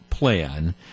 plan